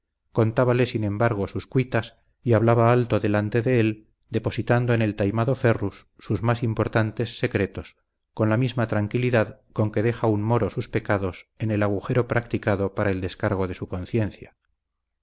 contábale sin embargo sus cuitas y hablaba alto delante de él depositando en el taimado ferrus sus más importantes secretos con la misma tranquilidad con que deja un moro sus pecados en el agujero practicado para el descargo de su conciencia